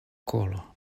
kolo